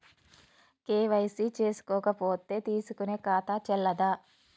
KYC చేసుకోకపోతే తీసుకునే ఖాతా చెల్లదా?